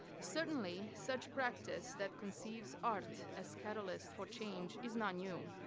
certainly, such practice that conceives art as catalyst for change is not new.